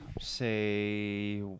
say